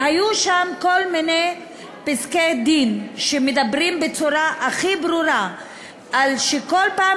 היו שם כל מיני פסקי-דין שמדברים בצורה הכי ברורה על כך שכל פעם